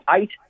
eight